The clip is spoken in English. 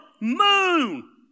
moon